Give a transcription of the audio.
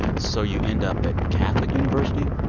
so you end up at catholic university?